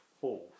fourth